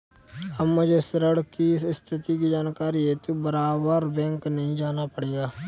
अब मुझे ऋण की स्थिति की जानकारी हेतु बारबार बैंक नहीं जाना पड़ेगा